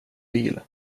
bil